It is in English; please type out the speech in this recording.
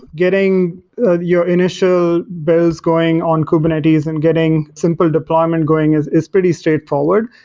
getting your initial bills going on kubernetes and getting simple deployment going as is pretty straightforward.